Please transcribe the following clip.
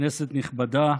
כנסת נכבדה,